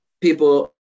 people